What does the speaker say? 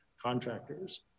contractors